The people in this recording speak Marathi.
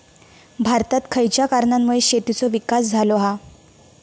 भारतात खयच्या कारणांमुळे शेतीचो विकास झालो हा?